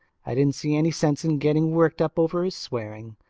i didn't see any sense in getting worked up over his swearing.